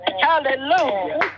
Hallelujah